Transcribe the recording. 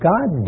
God